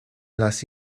las